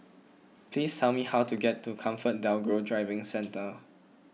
please tell me how to get to ComfortDelGro Driving Centre